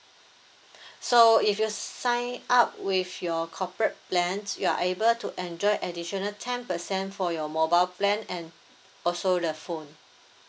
so if you sign up with your corporate plan you are able to enjoy additional ten percent for your mobile plan and also the phone